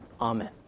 Amen